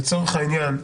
לצורך העניין,